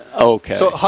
Okay